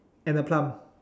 and a plum